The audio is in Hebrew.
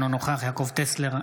אינו נוכח יעקב טסלר,